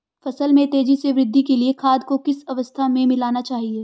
फसल में तेज़ी से वृद्धि के लिए खाद को किस अवस्था में मिलाना चाहिए?